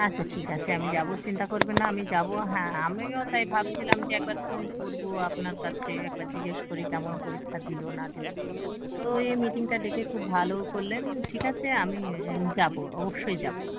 আচ্ছা ঠিক আছে আমি যাব চিন্তা করবেন না আমি যাবো হ্যাঁ আমিও তাই ভাবছিলাম যে একবার ফোন করবো আপনার কাছে একবার জিজ্ঞেস করি কেমন পরীক্ষা দিলো না দিলো তো এই মিটিংটা ডেকে খুব ভালো করলেন ঠিক আছে আমি যাবো অবশ্যই যাবো